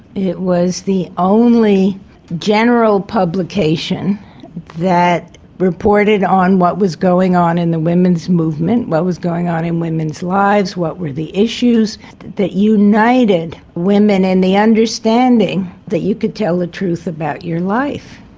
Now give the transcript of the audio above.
it was the only general publication that reported on what was going on in the women's movement, what was going on in women's lives, what were the issues that united women in the understanding that you could tell the truth about your life.